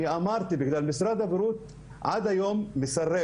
משרד הבריאות מסרב